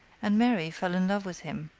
and mary fell in love with him,